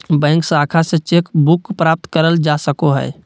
bank शाखा से cheque book प्राप्त करल जा सको हय